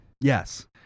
Yes